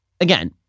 again